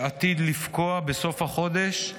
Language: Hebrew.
שעתיד לפקוע בסוף החודש,